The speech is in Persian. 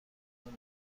نجات